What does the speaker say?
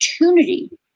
opportunity